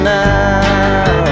now